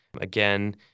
again